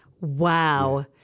Wow